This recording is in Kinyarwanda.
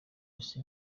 isi